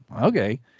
okay